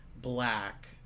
Black